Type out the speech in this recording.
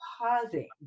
pausing